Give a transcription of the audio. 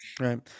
right